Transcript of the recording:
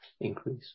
increase